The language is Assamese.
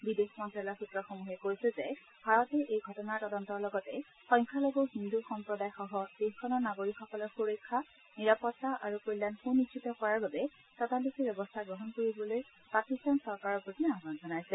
বিদেশ মন্তালয়ৰ সূত্ৰসমূহে কৈছে যে ভাৰতে এই ঘটনাৰ তদন্তৰ লগতে সংখ্যালঘু হিন্দু সম্প্ৰদায়সহ দেশখনৰ নাগৰিকসকলৰ সূৰক্ষা নিৰাপত্তা আৰু কল্যাণ সুনিশ্চিত কৰাৰ বাবে ততালিকে ব্যৱস্থা গ্ৰহণ কৰিবলৈ কৰিবলৈ পাকিস্তান চৰকাৰৰ প্ৰতি আহান জনাইছে